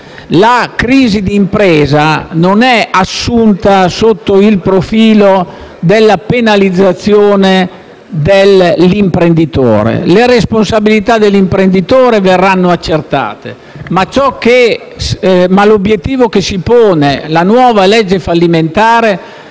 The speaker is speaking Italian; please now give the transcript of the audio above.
La crisi d'impresa non è assunta sotto il profilo della penalizzazione dell'imprenditore, le cui responsabilità verranno accertate. L'obiettivo che si pone la nuova legge fallimentare